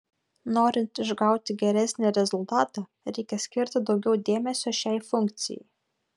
norint išgauti geresnį rezultatą reikia skirti daugiau dėmesio šiai funkcijai